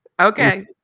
okay